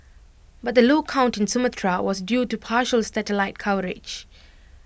but the low count in Sumatra was due to partial satellite coverage